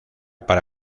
para